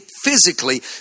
physically